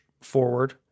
forward